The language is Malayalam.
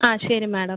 ആ ശരി മാഡം